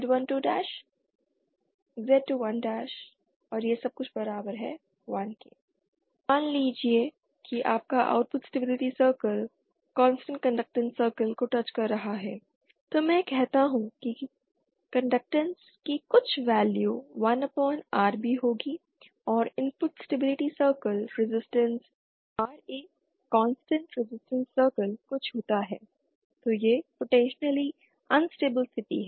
K1K2S11RAS22 ReZ12Z21Z12Z211 मान लीजिए कि आपका output stability circle constant conductance circle को टच रहा है तो मैं कहता हूं कि कंडक्टैंस की कुछ वैल्यू 1Rb होगी और input stability circle resistance Ra constant resistance circle को छूता है तो यह पोटेंशियली अनस्टेबिल स्थिति है